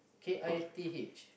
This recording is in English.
K I T H